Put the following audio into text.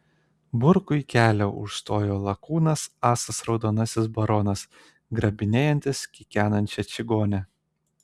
burkui kelią užstojo lakūnas asas raudonasis baronas grabinėjantis kikenančią čigonę